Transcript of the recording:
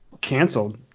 canceled